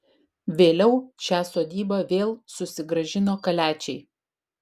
vėliau šią sodybą vėl susigrąžino kaliačiai